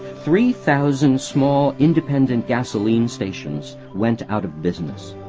three thousand small independent gasoline stations went out of business.